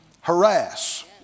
Harass